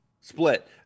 split